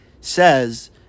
says